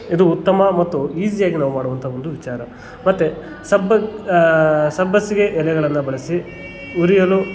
ಇದು ಉತ್ತಮ ಮತ್ತು ಈಸಿಯಾಗಿ ನಾವು ಮಾಡುವಂಥ ಒಂದು ವಿಚಾರ ಮತ್ತು ಸಬ್ಬ ಸಬ್ಬಸಿಗೆ ಎಲೆಗಳನ್ನು ಬಳಸಿ ಉರಿಯಲು